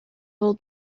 old